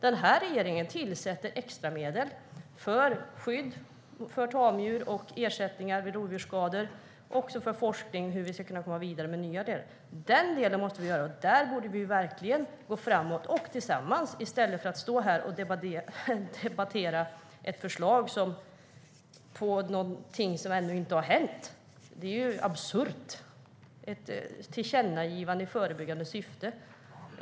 Den här regeringen tillsätter extramedel för skydd av tamdjur, ersättningar vid rovdjursskador och forskning om hur vi ska kunna komma vidare. Vi borde verkligen gå framåt tillsammans i stället för att stå här och debattera ett förslag på någonting som ännu inte har hänt. Det är absurt med ett tillkännagivande i förebyggande syfte.